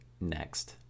next